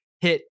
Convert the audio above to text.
hit